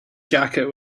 jacket